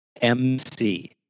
MC